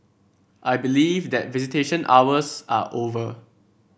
I believe that visitation hours are over